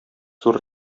зур